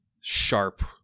sharp